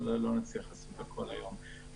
אבל לא נצליח לעשות הכול היום.